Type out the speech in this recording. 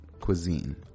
cuisine